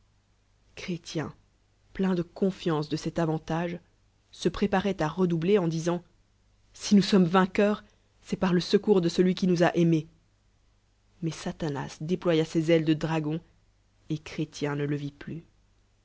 plein de confiance de cet avantage se pl'éparoit à redoubler en disant si nous sommes vainqueurs c'est par le secours de celui qui nous a aimés mais satanas déploya ses ailes de dragon et chrétien ne je vit plus